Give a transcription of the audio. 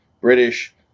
British